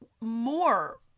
more